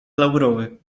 laurowy